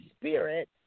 spirit